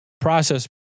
process